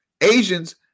Asians